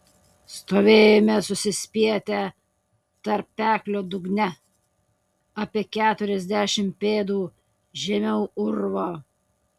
stovėjome susispietę tarpeklio dugne apie keturiasdešimt pėdų žemiau urvo